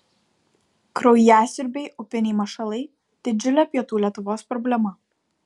kraujasiurbiai upiniai mašalai didžiulė pietų lietuvos problema